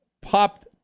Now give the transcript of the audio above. popped